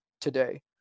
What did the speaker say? today